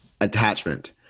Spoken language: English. Attachment